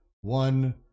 one